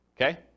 okay